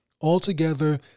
Altogether